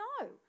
No